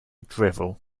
drivel